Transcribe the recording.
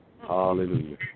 Hallelujah